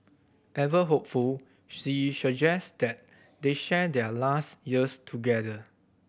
ever hopeful she suggests that they share their last years together